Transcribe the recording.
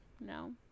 No